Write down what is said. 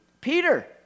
Peter